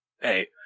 Hey